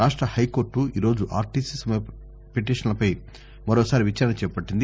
రాష్ట్ర high court ఈరోజు RTC సమ్మె పిటిషన్లపై మరోసారి విచారణ చేపట్టింది